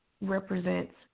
represents